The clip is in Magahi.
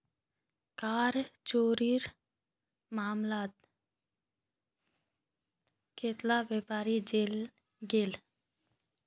कर चोरीर मामलात कतेला व्यापारी जेल गेल